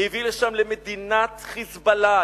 הביא שם למדינת "חיזבאללה",